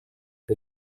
the